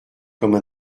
comme